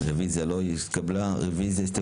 הצבעה הרוויזיה לא נתקבלה הרוויזיה לא התקבלה.